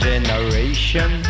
Generation